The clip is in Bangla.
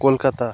কলকাতা